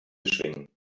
schwingen